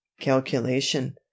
calculation